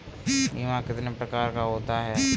बीमा कितने प्रकार का होता है?